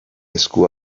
esku